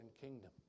kingdom